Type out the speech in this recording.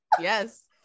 yes